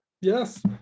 yes